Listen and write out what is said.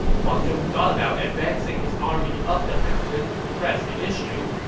huang zhong thought about advancing his army up the mountain to press the issue,